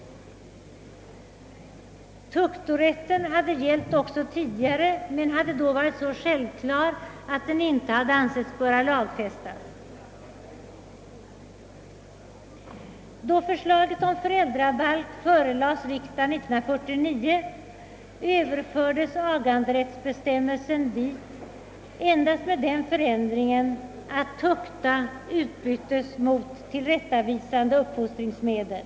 Tuktorätten hade gällt även tidigare men hade då varit så självklar att den inte hade ansetts böra lagfästas. Då förslaget om föräldrabalk förelades riksdagen 1949 överfördes aganderättsbestämmelsen dit, endast med den ändringen att ordet tuktan utbyttes mot tillrättavisande uppfostringsmedel.